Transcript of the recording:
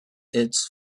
its